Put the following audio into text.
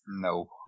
No